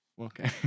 Okay